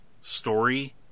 story